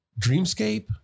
Dreamscape